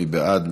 מי בעד?